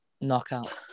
knockout